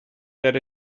that